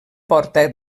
porta